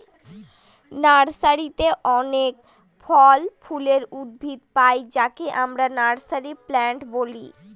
নার্সারিতে অনেক ফল ফুলের উদ্ভিদ পাই যাকে আমরা নার্সারি প্লান্ট বলি